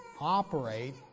operate